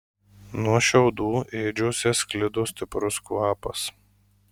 nuo šiaudų ėdžiose sklido stiprus kvapas